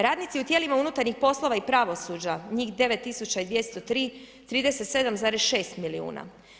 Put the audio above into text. Radnici u tijelima unutarnjih poslova i pravosuđa, njih 9203, 37,6 milijuna.